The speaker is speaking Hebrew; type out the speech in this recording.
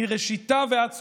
מראשיתה ועד סופה,